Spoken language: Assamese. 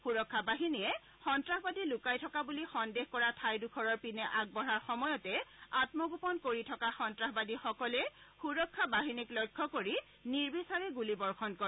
সূৰক্ষা বাহিনীয়ে সন্তাসবাদী লুকাই থকা বুলি সন্দেহ কৰা ঠাইডোখৰৰ পিনে আগবঢ়াৰ সময়তে আমগোপন কৰি থকা সন্তাসবাদীসকলে সুৰক্ষা বাহিনীক লক্ষ্য কৰি নিৰ্বিচাৰে গুলীবৰ্ষণ কৰে